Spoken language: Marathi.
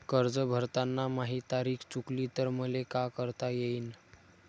कर्ज भरताना माही तारीख चुकली तर मले का करता येईन?